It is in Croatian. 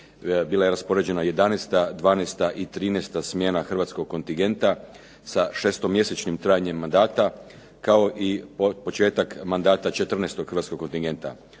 bila je raspoređena 11., 12. i 13. smjena hrvatskog kontingenta sa šestomjesečnim trajanjem mandata, kao i početak mandata 14. hrvatskog kontingenta.